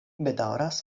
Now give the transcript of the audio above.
bedaŭras